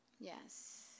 Yes